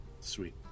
Sweet